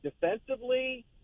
defensively